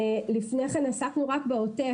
לפני כן עסקנו רק בעוטף.